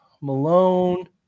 Malone